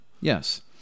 Yes